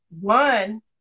one